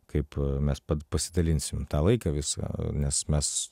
kaip mes pasidalinsim tą laiką visą nes mes